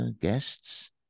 guests